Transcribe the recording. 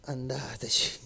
Andateci